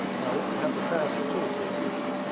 and i'll let you have the trousers too said lukashka.